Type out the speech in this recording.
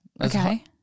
Okay